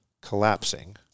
collapsing